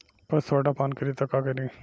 पशु सोडा पान करी त का करी?